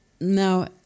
Now